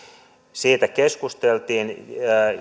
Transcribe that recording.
siitä keskusteltiin